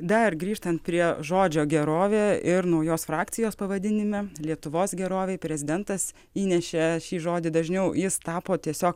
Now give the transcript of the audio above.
dar grįžtant prie žodžio gerovė ir naujos frakcijos pavadinime lietuvos gerovei prezidentas įnešė šį žodį dažniau jis tapo tiesiog